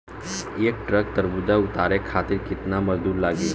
एक ट्रक तरबूजा उतारे खातीर कितना मजदुर लागी?